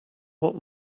what